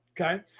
Okay